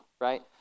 Right